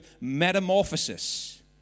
metamorphosis